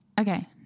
Okay